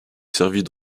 servit